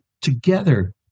together